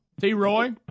t-roy